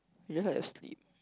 you just like to sleep